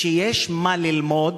שיש מה ללמוד